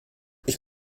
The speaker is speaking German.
ich